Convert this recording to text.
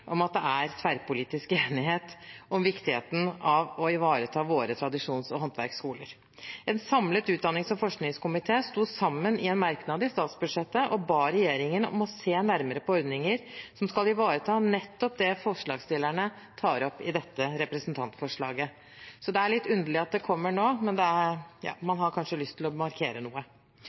om at det er tverrpolitisk enighet om viktigheten av å ivareta våre tradisjons- og håndverksskoler. En samlet utdannings- og forskningskomité sto sammen i en merknad i statsbudsjettet og ba regjeringen om å se nærmere på ordninger som skal ivareta nettopp det forslagsstillerne tar opp i dette representantforslaget. Så det er litt underlig at det kommer nå, men man har kanskje lyst til å markere noe.